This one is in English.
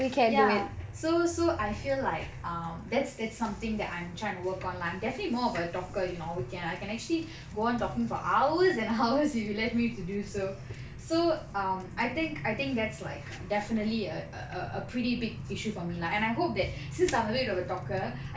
ya so so I feel like um that's that's something that I'm trying to work on lah I'm definitely more of a talker you know I can I can actually go on talking for hours and hours if you let me to do so so um I think I think that's like definitely a pretty big issue for me lah and I hope that since I'm a bit of a talker